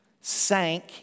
sank